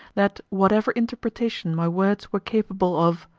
that whatever interpretation my words were capable of,